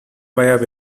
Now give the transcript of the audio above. via